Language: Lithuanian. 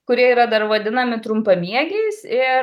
kurie yra dar vadinami trumpamiegiais ir